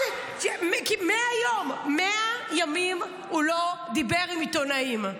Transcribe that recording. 100 יום, 100 ימים הוא לא דיבר עם עיתונאים.